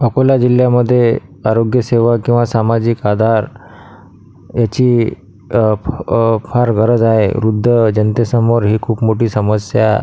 अकोला जिल्ह्यामध्ये आरोग्यसेवा किंवा सामाजिक आधार याची फार गरज आहे वृद्ध जनतेसमोर ही खूप मोठी समस्या